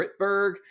Ritberg